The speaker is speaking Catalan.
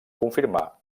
confirmar